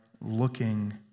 looking